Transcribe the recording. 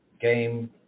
game